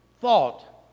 thought